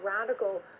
radical